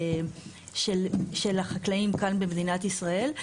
של החקלאים כאן במדינת ישראל.